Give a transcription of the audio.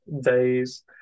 days